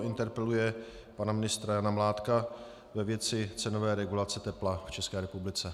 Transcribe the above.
Interpeluje pana ministra Jana Mládka ve věci cenové regulace tepla v České republice.